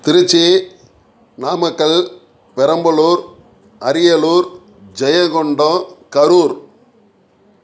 Trichy Namakkal Perambalur Ariyalur Jayankondam Karur